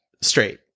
straight